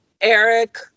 Eric